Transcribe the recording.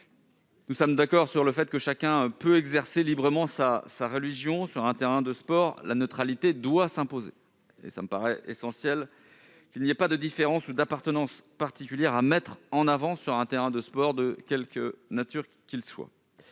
principes de la République. Chacun peut exercer librement sa religion, mais, sur un terrain de sport, la neutralité doit s'imposer. Il me paraît essentiel qu'il n'y ait pas de différence ou d'appartenance particulière à mettre en avant sur un terrain de sport, de quelque nature qu'il soit.